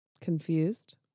confused